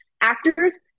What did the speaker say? actors